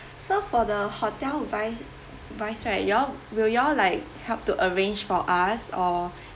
so for the hotel wi~ wise right y'all will y'all like help to arrange for us or